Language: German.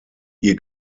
ihr